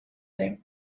ere